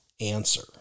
answer